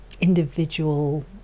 individual